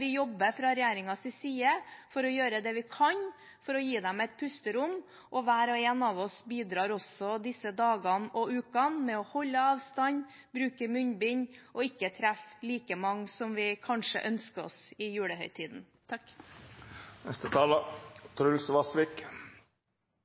fra regjeringens side jobber vi for å gjøre det vi kan for å gi dem et pusterom. Hver og en av oss bidrar i disse dagene og ukene ved å holde avstand, bruke munnbind og ikke treffe like mange som vi kanskje ønsker oss i julehøytiden.